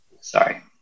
sorry